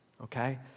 okay